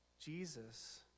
Jesus